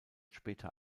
später